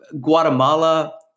guatemala